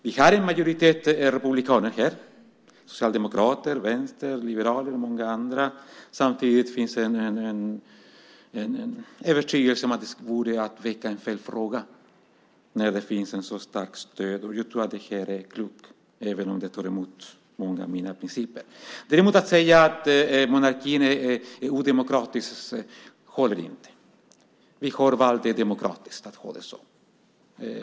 Vi har en majoritet republikaner här: socialdemokrater, vänsterpartister, liberaler och många andra. Samtidigt finns en övertygelse om att det vore att väcka fel fråga när det finns ett så starkt stöd. Jag tror att det är klokt tänkt även om det går emot många av mina principer. Däremot håller det inte att säga att monarkin är odemokratisk. Vi har ju valt demokratiskt att ha det så.